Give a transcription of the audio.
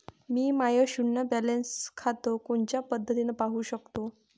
मी माय शुन्य बॅलन्स खातं कोनच्या पद्धतीनं पाहू शकतो?